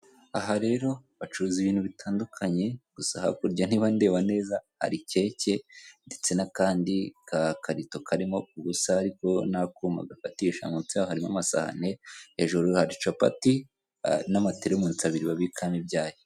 Aha rero bacuruza ibintu bitandukanye, gusa hakurya niba ndeba neza hari keke ndetse n'akandi kakarito karimo ubusa ariko n'akuma gafatisha, munsi yaho harimo amasahane, hejuru hari capati n'amaterimusi abiri babikamo ibyayi.